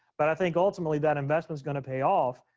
but i think ultimately that investment is gonna pay off.